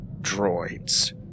Droids